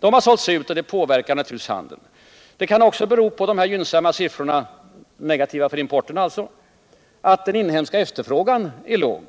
De har sålts ut, vilket naturligtvis påverkar handelsbalansen. De gynnsamma importsiffrorna kan också bero på att den inhemska efterfrågan är låg.